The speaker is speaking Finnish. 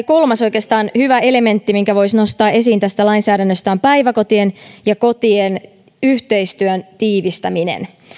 kolmas hyvä elementti minkä voisi nostaa esiin tästä lainsäädännöstä on päiväkotien ja kotien yhteistyön tiivistäminen